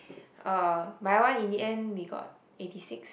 uh my one in the end we got eighty six